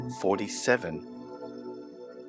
Forty-seven